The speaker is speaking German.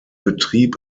betrieb